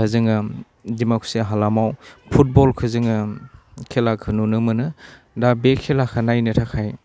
जोङो दिमाकुसि हालामाव फुटबलखौ जोङो खेलाखो नुनो मोनो दा बे खेलाखौ नायनो थाखाय